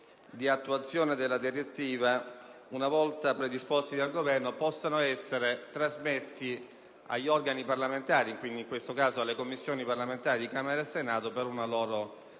definiti nei prossimi mesi, una volta predisposti dal Governo, possano essere trasmessi agli organi parlamentari (in questo caso alle Commissioni parlamentari di Camera e Senato) per una loro